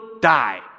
die